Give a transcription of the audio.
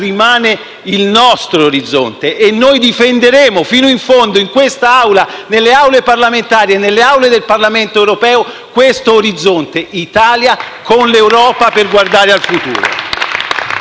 il nostro orizzonte e noi difenderemo fino in fondo in questa Aula, nelle Aule parlamentari e nelle Aule del Parlamento europeo questo orizzonte: l'Italia con l'Europa per guardare al futuro.